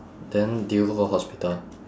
then did you go for hospital